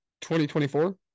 2024